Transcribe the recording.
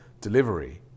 delivery